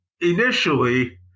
initially